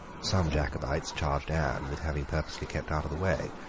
some jacobites charged anne with having purposely kept out of the way.